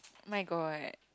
my god